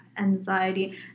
anxiety